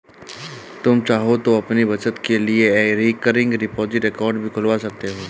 तुम चाहो तो अपनी बचत के लिए रिकरिंग डिपॉजिट अकाउंट भी खुलवा सकते हो